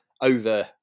over